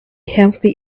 healthy